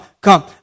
come